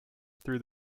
through